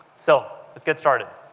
so let's get started.